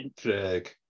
Craig